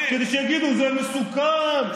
כדי שיגידו: זה מסוכן,